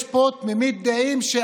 יש פה תמימות דעים,